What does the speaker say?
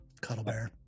Cuddlebear